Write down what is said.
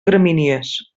gramínies